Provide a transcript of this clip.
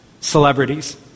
celebrities